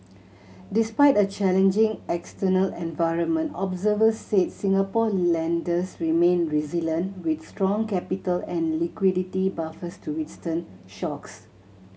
despite a challenging external environment observers said Singapore lenders remain resilient with strong capital and liquidity buffers to withstand shocks